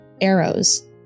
arrows